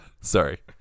Sorry